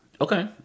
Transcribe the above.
Okay